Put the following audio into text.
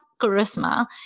charisma